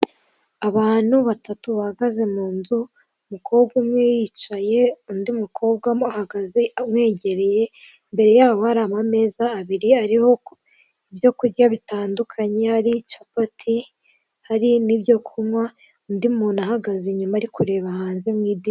Abantu batatu bahagaze mu nzu umukobwa umwe yicaye, undi mukobwa amuhagaze amwegereye, imbere yaho hari amameza abiri ariho ibyo kurya bitandukanye, hari capati, hari n'ibyo kunywa, undi muntu ahagaze ari kureba hanze mu idirishya.